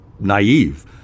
naive